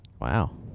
Wow